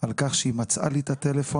על כך שהיא מצאה לי את הטלפון,